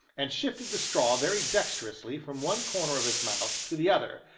and shifted the straw very dexterously from one corner of his mouth to the other,